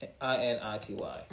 I-N-I-T-Y